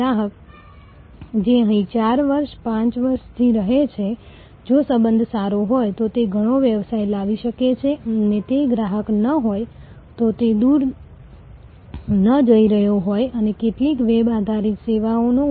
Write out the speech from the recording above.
ગ્રાહકો નફાકારક બને છે કારણ કે અમે ઓપરેટિંગ ખર્ચમાં ઘટાડો ખરીદીમાં વધારો અન્ય ગ્રાહકોના સંદર્ભો કિંમત પ્રીમિયમ વગેરેને લીધે ચર્ચા કરી છે